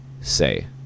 say